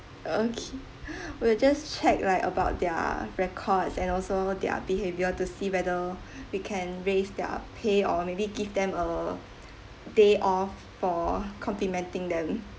okay we'll just check like about their records and also their behaviour to see whether we can raise their pay or maybe give them a day off for complimenting them